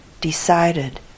decided